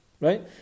Right